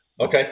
Okay